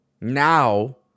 Now